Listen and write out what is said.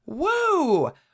whoa